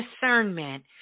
discernment